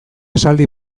esaldi